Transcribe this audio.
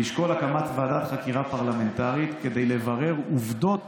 לשקול הקמת ועדת חקירה פרלמנטרית כדי לברר עובדות